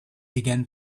began